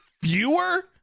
fewer